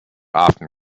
often